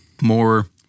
more